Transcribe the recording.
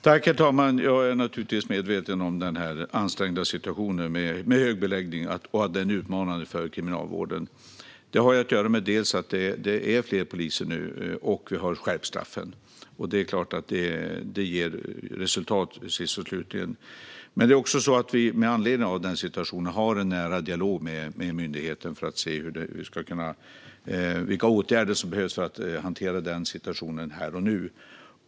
Herr talman! Jag är naturligtvis medveten om den ansträngda situationen med överbeläggningar och att den är utmanande för Kriminalvården. Detta har att göra med att det nu är fler poliser och att vi har skärpt straffen. Det är klart att det sist och slutligen ger resultat. Med anledning av denna situation har vi en nära dialog med myndigheten för att se vilka åtgärder som behövs för att hantera situationen här och nu.